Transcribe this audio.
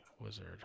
Wizard